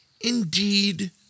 indeed